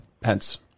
Pence